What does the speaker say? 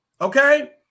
Okay